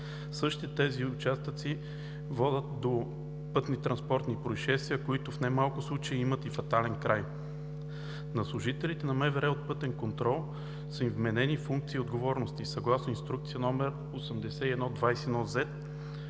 Същите тези участъци водят до пътнотранспортни произшествия, които в не малко случаи имат и фатален край. На служителите на МВР от Пътен контрол са им вменени функции и отговорности съгласно Инструкция № 8121з-749